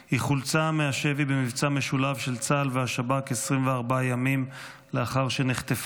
היא חולצה מהשבי במבצע משולב של צה"ל והשב"כ 24 ימים לאחר שנחטפה.